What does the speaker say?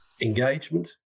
engagement